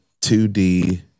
2d